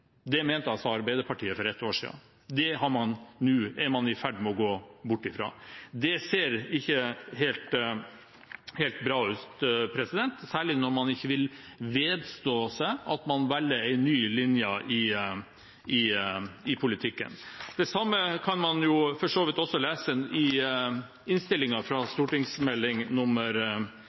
Det mente altså Arbeiderpartiet for ett år siden. Det er man nå i ferd med å gå bort fra. Det ser ikke helt bra ut, særlig når man ikke vil vedstå seg at man velger en ny linje i politikken. Det samme kan man for så vidt også lese i